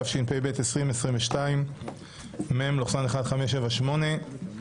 תשפ"ב 2022. (מ/1578).